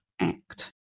act